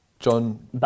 John